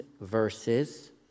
verses